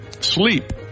Sleep